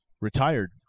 retired